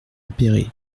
appéré